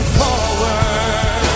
forward